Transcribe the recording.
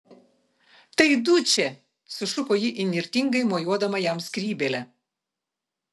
tai dučė sušuko ji įnirtingai mojuodama jam skrybėle